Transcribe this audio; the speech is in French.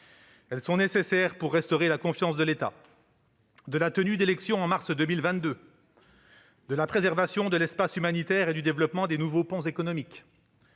Nord -, nécessaires pour restaurer la confiance en l'État, de la tenue d'élections en mars 2022, de la préservation de l'espace humanitaire et du développement de nouveaux ponts économiques,